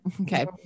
okay